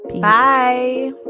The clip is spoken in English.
bye